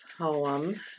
poem